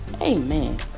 Amen